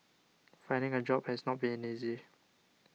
finding a job has not been easy